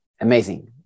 amazing